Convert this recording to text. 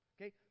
Okay